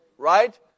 Right